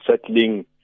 settling